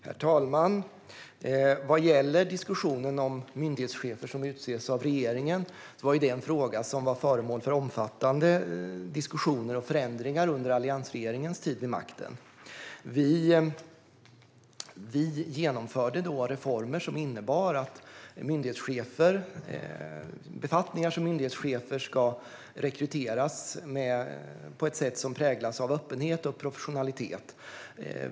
Herr talman! Frågan om myndighetschefer som utses av regeringen var föremål för omfattande diskussioner och förändringar under alliansregeringens tid vid makten. Alliansen genomförde reformer som innebar att befattningar som myndighetschefer ska rekryteras på ett sätt som präglas av öppenhet och professionalitet.